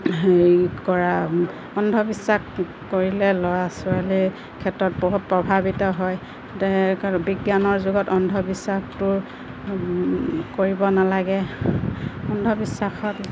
হেৰি কৰা অন্ধবিশ্বাস কৰিলে ল'ৰা ছোৱালীৰ ক্ষেত্ৰত বহুত প্ৰভাৱিত হয় বিজ্ঞানৰ যুগত অন্ধবিশ্বাসটো কৰিব নালাগে অন্ধবিশ্বাসত